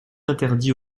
interdit